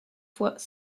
fois